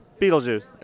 beetlejuice